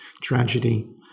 tragedy